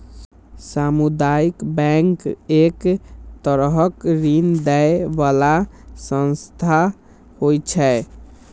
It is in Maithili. सामुदायिक बैंक एक तरहक ऋण दै बला संस्था होइ छै